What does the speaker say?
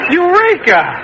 Eureka